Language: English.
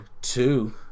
Two